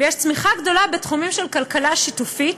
ויש צמיחה גדולה בתחומים של כלכלה שיתופית,